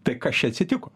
tai kas čia atsitiko